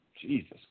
Jesus